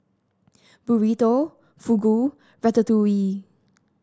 Burrito Fugu Ratatouille